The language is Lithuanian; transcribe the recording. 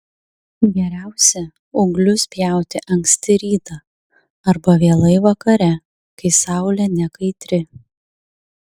geriausia ūglius pjauti anksti rytą arba vėlai vakare kai saulė nekaitri